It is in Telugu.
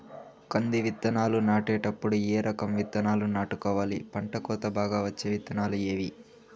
కంది విత్తనాలు నాటేటప్పుడు ఏ రకం విత్తనాలు నాటుకోవాలి, పంట కోత బాగా వచ్చే విత్తనాలు ఏవీ?